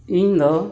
ᱤᱧ ᱫᱚ